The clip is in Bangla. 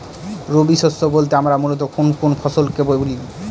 রবি শস্য বলতে আমরা মূলত কোন কোন ফসল কে বলি?